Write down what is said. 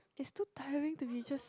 is too tiring to be just